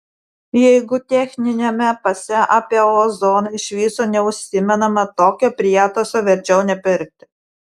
jeigu techniniame pase apie ozoną iš viso neužsimenama tokio prietaiso verčiau nepirkti